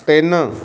ਤਿੰਨ